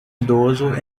idoso